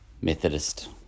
Methodist